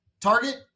target